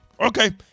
Okay